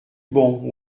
bon